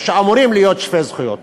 או שאמורים להיות שווי זכויות.